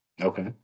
Okay